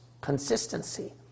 consistency